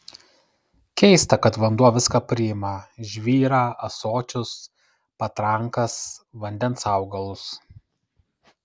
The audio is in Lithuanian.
keista kad vanduo viską priima žvyrą ąsočius patrankas vandens augalus